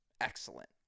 excellent